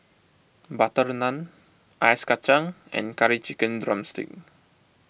Butter Naan Ice Kacang and Curry Chicken Drumstick